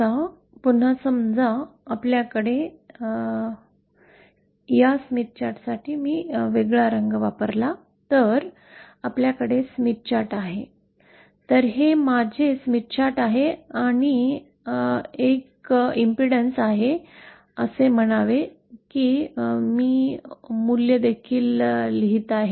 आता पुन्हा समजा आपल्याकडे या स्मिथ चार्टसाठी मी वेगळा रंग वापरला तर आपल्याकडे स्मिथ चार्ट आहे तर हे माझे स्मिथ चार्ट आहे आणि एक प्रतिबाधा आहे असे म्हणावे की मी मूल्य देखील लिहित आहे